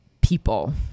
people